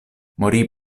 morì